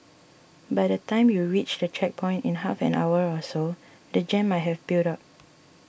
by the time you reach the checkpoint in half an hour or so the jam might have built up